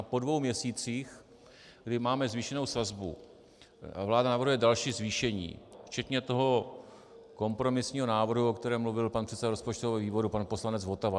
Po dvou měsících, kdy máme zvýšenou sazbu, vláda navrhuje další zvýšení včetně toho kompromisního návrhu, o kterém mluvil pan předseda rozpočtového výboru, pan poslanec Votava.